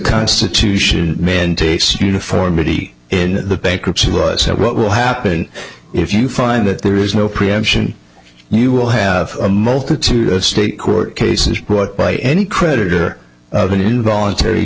constitution mandates uniformity in the bankruptcy laws what will happen if you find that there is no preemption you will have a multitude of state court cases brought by any creditor of an involuntary